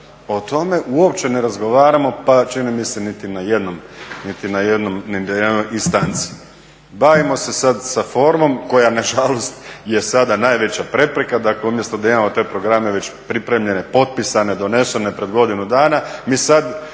O tome uopće ne razgovaramo pa čini mi se niti na jednoj instanci. Bavimo se sad sa formom koja nažalost je sada najveća prepreka, dakle umjesto da imamo te programe već pripremljene, potpisane, donesene pred godinu dana mi sad